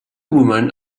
women